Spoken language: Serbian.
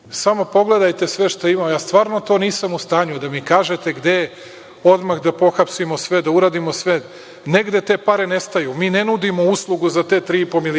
Samo pogledajte sve što imam, stvarno nisam u stanju, da mi kažete gde je, odmah da pohapsimo sve, da uradimo sve. Negde te pare nestaju. Mi ne nudimo uslugu za te tri i